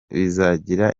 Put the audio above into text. bizagira